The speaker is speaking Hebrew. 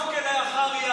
סיפוח כלאחר יד,